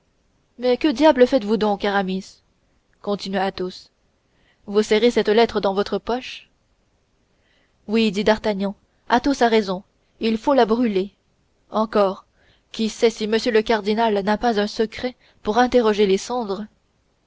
mais que diable faites-vous donc aramis continua athos vous serrez cette lettre dans votre poche oui dit d'artagnan athos a raison il faut la brûler encore qui sait si m le cardinal n'a pas un secret pour interroger les cendres